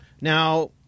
Now